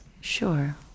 Sure